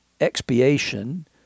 expiation